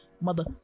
Mother